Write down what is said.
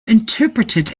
interpreted